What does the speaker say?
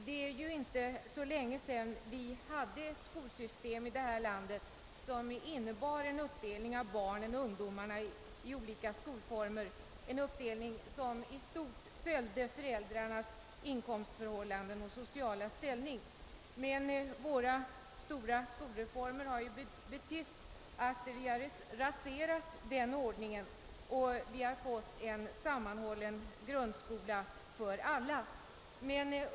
Det är inte så länge sedan vi i Sverige hade ett skolsystem som innebar en uppdelning av barnen och ungdomarna i olika skolformer, en uppdelning som i stort sett följde föräldrarnas inkomstförhållanden och sociala ställning. Våra stora skolreformer har emellertid inneburit att vi raserat den ordningen och fått en sammanhållan grundskola för alla.